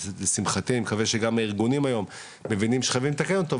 לשמחתי אני מקווה שגם הארגונים היום מבינים שצריך לתקן אותו,